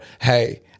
hey